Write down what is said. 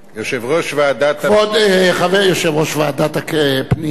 יושב-ראש ועדת, כבוד יושב-ראש ועדת הפנים.